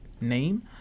name